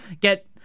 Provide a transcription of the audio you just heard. get